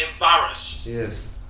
Yes